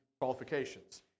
qualifications